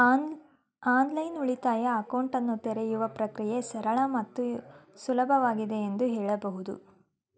online ಉಳಿತಾಯ ಅಕೌಂಟನ್ನ ತೆರೆಯುವ ಪ್ರಕ್ರಿಯೆ ಸರಳ ಮತ್ತು ಸುಲಭವಾಗಿದೆ ಎಂದು ಹೇಳಬಹುದು